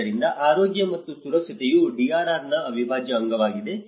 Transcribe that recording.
ಆದ್ದರಿಂದ ಆರೋಗ್ಯ ಮತ್ತು ಸುರಕ್ಷತೆಯು DRR ನ ಅವಿಭಾಜ್ಯ ಅಂಗವಾಗಿದೆ